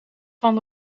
van